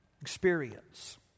experience